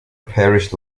parish